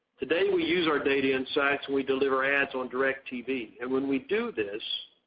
today we use our data insights and we deliver ads on directv and when we do this,